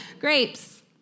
Grapes